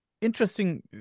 Interesting